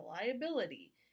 reliability